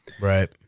Right